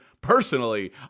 Personally